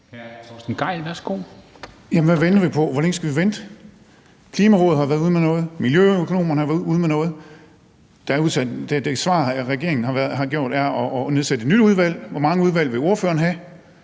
17:38 Torsten Gejl (ALT): Jamen hvad venter vi på? Hvor længe skal vi vente? Klimarådet har været ude med noget, miljøøkonomerne har været ude med noget. Og det svar, regeringen har givet, er at nedsætte et nyt udvalg. Hvor mange udvalg vil ordføreren have?